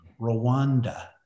Rwanda